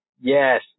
yes